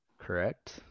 Correct